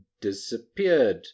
disappeared